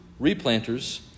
replanters